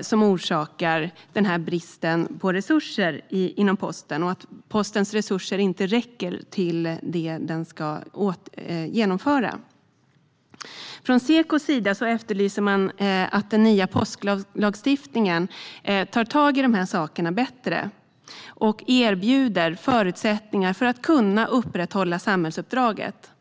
som orsakar denna brist på resurser inom posten och gör att resurserna inte räcker till det som ska genomföras. Från Sekos sida efterlyser man att den nya postlagstiftningen bättre tar tag i dessa saker och erbjuder förutsättningar för att man ska kunna upprätthålla samhällsuppdraget.